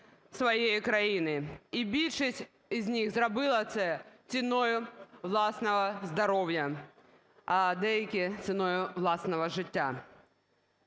своєї країни, і більшість з них зробила це ціною власного здоров'я, а деякі ціною власного життя.